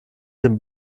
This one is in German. dem